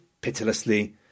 pitilessly